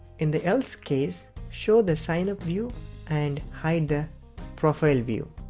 in the else case, show the signup view and hide the profile view.